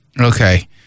Okay